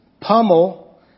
pummel